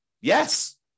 Yes